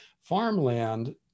farmland